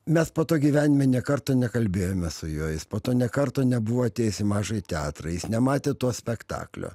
mes po to gyvenime nė karto nekalbėjome su juo jis po to nė karto nebuvo atėjęs į mažąjį teatrą jis nematė to spektaklio